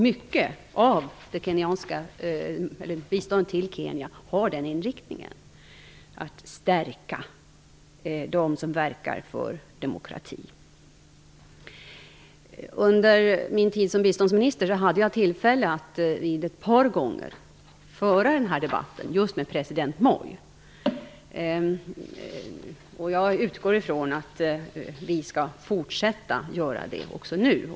Mycket av biståndet till Kenya är inriktat på att stärka dem som verkar för demokrati. Under min tid som biståndsminister hade jag ett par gånger tillfälle att föra den här debatten just med president Moi. Jag utgår ifrån att vi skall fortsätta att göra det även nu.